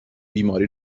بیماری